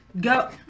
Go